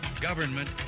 Government